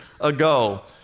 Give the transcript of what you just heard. ago